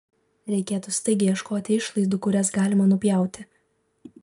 reikėtų staigiai ieškoti išlaidų kurias galima nupjauti